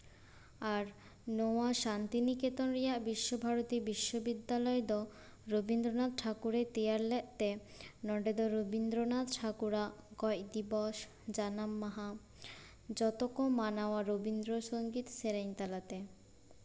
ᱟᱨ ᱱᱚᱣᱟ ᱥᱟᱱᱛᱤᱱᱤᱠᱮᱛᱚᱱ ᱨᱮᱭᱟᱜ ᱵᱤᱥᱥᱚᱼᱵᱷᱟᱨᱚᱛᱤ ᱵᱤᱥᱥᱚᱵᱤᱫᱽᱫᱟᱞᱚᱭ ᱫᱚ ᱨᱚᱵᱤᱱᱫᱨᱚᱱᱟᱛᱷ ᱴᱷᱟᱠᱩᱨᱮᱭ ᱛᱮᱭᱟᱨ ᱞᱮᱫ ᱛᱮ ᱱᱚᱸᱰᱮ ᱫᱚ ᱨᱚᱵᱤᱱᱫᱨᱚᱱᱟᱛᱷ ᱴᱷᱟᱠᱩᱨᱟᱜ ᱜᱚᱡ ᱫᱤᱵᱚᱥ ᱡᱟᱱᱟᱢ ᱢᱟᱦᱟ ᱡᱚᱛᱚ ᱠᱚ ᱢᱟᱱᱟᱣᱟ ᱨᱚᱵᱤᱱᱫᱨᱚ ᱥᱚᱝᱜᱤᱛ ᱥᱮᱨᱮᱧ ᱛᱟᱞᱟᱛᱮ